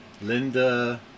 Linda